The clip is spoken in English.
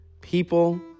People